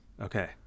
okay